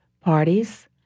parties